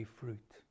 fruit